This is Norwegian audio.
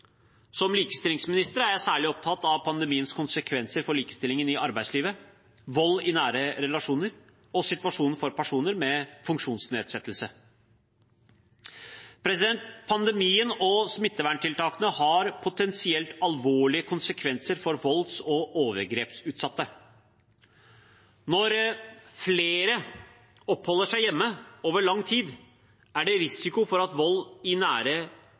Som likestillingsminister er jeg særlig opptatt av pandemiens konsekvenser for likestillingen i arbeidslivet, vold i nære relasjoner og situasjonen for personer med funksjonsnedsettelse. Pandemien og smitteverntiltakene har potensielt alvorlige konsekvenser for volds- og overgrepsutsatte. Når flere oppholder seg hjemme over lang tid, er det risiko for at vold i nære